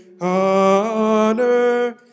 honor